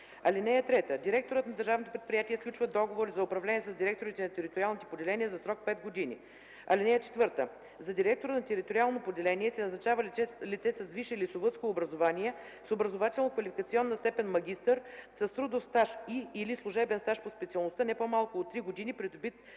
(3) Директорът на държавното предприятие сключва договори за управление с директорите на териториалните поделения за срок 5 години. (4) За директор на териториално поделение се назначава лице с висше лесовъдско образование, с образователно-квалификационна степен „магистър”, с трудов и/или служебен стаж по специалността не по-малко от 3 години, придобит след